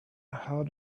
how